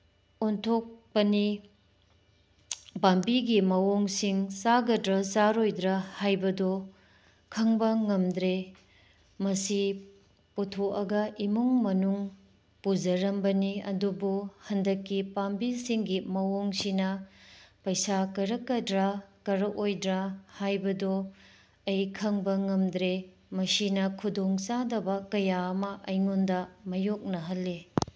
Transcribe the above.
ꯑꯣꯟꯊꯣꯛꯄꯅꯤ ꯄꯥꯝꯕꯤꯒꯤ ꯃꯑꯣꯡꯁꯤꯡ ꯆꯥꯒꯗ꯭ꯔꯥ ꯆꯥꯔꯣꯏꯗ꯭ꯔꯥ ꯍꯥꯏꯕꯗꯨ ꯈꯪꯕ ꯉꯝꯗ꯭ꯔꯦ ꯃꯁꯤ ꯄꯨꯊꯣꯛꯑꯒ ꯏꯃꯨꯡ ꯃꯅꯨꯡ ꯄꯨꯖꯔꯝꯕꯅꯤ ꯑꯗꯨꯕꯨ ꯍꯟꯗꯛꯀꯤ ꯄꯥꯝꯕꯤꯁꯤꯡꯒꯤ ꯃꯑꯣꯡꯁꯤꯅ ꯄꯩꯁꯥ ꯀꯥꯔꯛꯀꯗ꯭ꯔꯥ ꯀꯥꯔꯛꯑꯣꯏꯗ꯭ꯔꯥ ꯍꯥꯏꯕꯗꯣ ꯑꯩ ꯈꯪꯕ ꯉꯝꯗ꯭ꯔꯦ ꯃꯁꯤꯅ ꯈꯨꯗꯣꯡꯆꯥꯗꯕ ꯀꯌꯥ ꯑꯃ ꯑꯩꯉꯣꯟꯗ ꯃꯥꯌꯣꯛꯅꯍꯜꯂꯦ